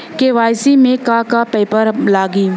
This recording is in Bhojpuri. के.वाइ.सी में का का पेपर लगी?